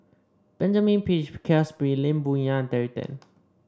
Benjamin Peach Keasberry Lee Boon Yang and Terry Tan